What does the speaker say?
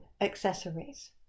accessories